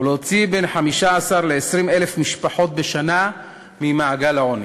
ולהוציא בין 15,000 ל-20,000 משפחות בשנה ממעגל העוני.